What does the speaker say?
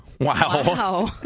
Wow